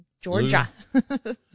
Georgia